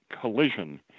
collision